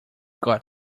got